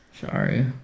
sorry